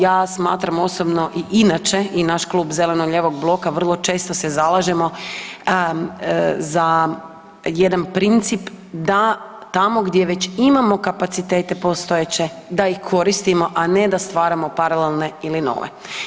Ja smatram osobno i inače i naš klub zeleno-lijevog bloka vrlo često se zalažemo za jedan princip da tamo gdje već imamo kapacitete postojeće, da ih koristimo a ne da stvaramo paralelne ili nove.